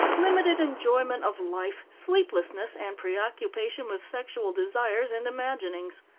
limited enjoyment of life, sleeplessness, and preoccupation with sexual desires and imaginings.